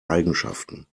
eigenschaften